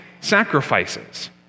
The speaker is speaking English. sacrifices